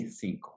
cinco